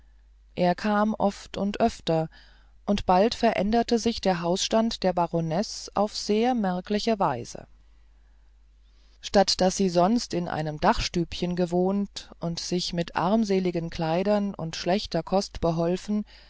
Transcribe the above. er kam oft und öfter und bald veränderte sich der hausstand der baronesse auf sehr merkliche weise statt daß sie sonst in einem dachstübchen gewohnt und sich mit armseligen kleidern und schlechter kost